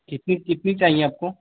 कितनी कितनी चाहिए आपको